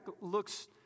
looks